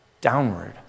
downward